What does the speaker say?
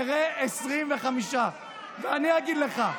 תראה, 25. אני אגיד לך,